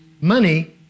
money